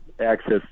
access